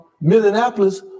Minneapolis